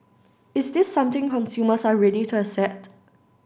is this something consumers are ready to accept